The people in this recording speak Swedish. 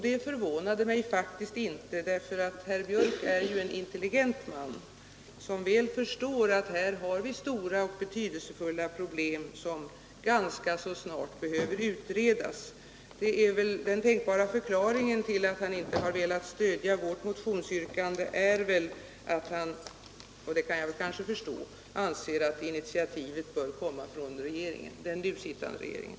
Det förvånade mig faktiskt inte eftersom herr Björk ju är en intelligent man som väl förstår att vi här har stora och betydelsefulla problem vilka ganska snart behöver utredas. Den tänkbara förklaringen till att han inte har velat stödja vårt motionsyrkande är väl att han — och det kan jag kanske förstå — anser att initiativet bör komma från den nu sittande regeringen.